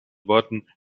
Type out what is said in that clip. worten